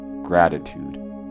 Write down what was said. gratitude